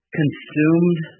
consumed